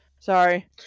Sorry